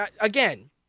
again